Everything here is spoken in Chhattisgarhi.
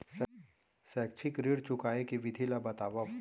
शैक्षिक ऋण चुकाए के विधि ला बतावव